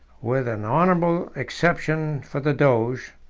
with an honorable exception for the doge,